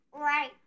Right